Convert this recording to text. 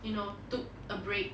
you know took a break